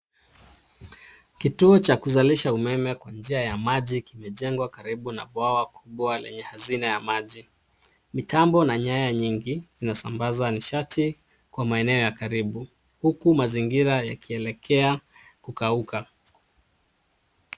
Kituo cha kuzalisha umeme kwa njia ya maji kimejengwa karibu na bwawa kubwa lenye hazina ya maji. Mitambo na nyaya nyingi inasambaza nishati kwa maeneo ya karibu huku mazingira yakielekea kukauka.